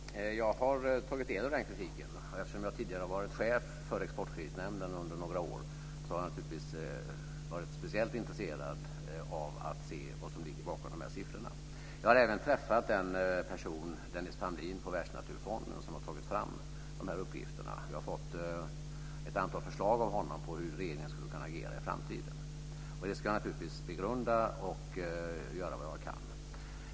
Fru talman! Jag har tagit del av den här kritiken. Eftersom jag tidigare under några år har varit chef för Exportkreditnämnden har jag naturligtvis varit speciellt intresserad av att se vad som ligger bakom de anförda siffrorna. Jag har även träffat den person, Dennis Pamlin på Världsnaturfonden, som har tagit fram de här uppgifterna. Jag har från honom fått ett antal förslag till hur regeringen skulle kunna agera i framtiden. Jag ska naturligtvis begrunda dem och göra vad jag kan.